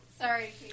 Sorry